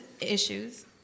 issues